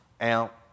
out